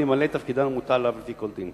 ימלא את תפקידו המוטל עליו לפי דין".